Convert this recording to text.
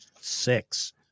six